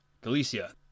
Galicia